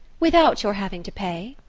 without your having to pay?